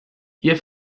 ihr